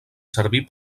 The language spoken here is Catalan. servir